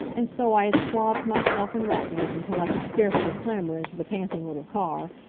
and so i had swathed myself in wrappings until i could scarcely clamber into the panting little car,